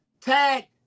Tag